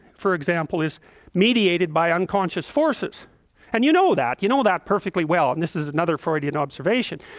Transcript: for example is mediated by unconscious forces and you know that you know that perfectly well and this is another freudian observation,